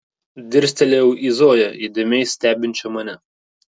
dirstelėjau į zoją įdėmiai stebinčią mane